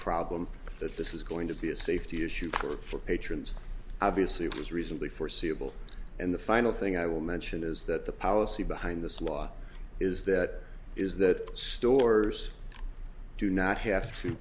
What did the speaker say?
problem that this is going to be a safety issue for patrons obviously it was reasonably foreseeable and the final thing i will mention is that the policy behind this law is that is that stores do not have to